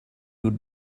would